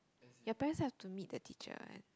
your parents have to meet the teacher one